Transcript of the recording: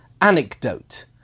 anecdote